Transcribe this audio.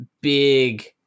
big